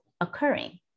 occurring